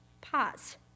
pause